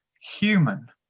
human